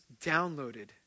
downloaded